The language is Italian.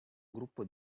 gruppo